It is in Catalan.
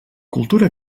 cultura